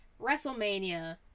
WrestleMania